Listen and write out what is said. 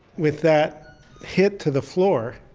with that hit to the floor,